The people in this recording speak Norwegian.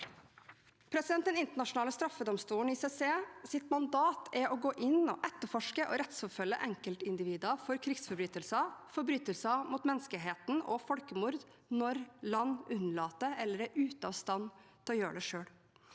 Den internasjonale straffedomstolens, ICCs, mandat er å gå inn og etterforske og rettsforfølge enkeltindi vider for krigsforbrytelser, forbrytelser mot menneskeheten og folkemord når land unnlater eller er ute av stand til å gjøre det selv.